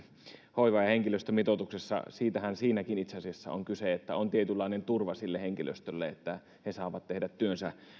hoivahenkilöstömitoituksessakin itse asiassa on kyse että on tietynlainen turva sille henkilöstölle että he saavat tehdä työnsä